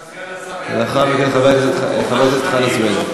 לאחר מכן, חבר הכנסת חנא סוייד.